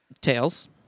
tails